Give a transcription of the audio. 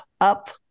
up